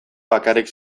bakarrik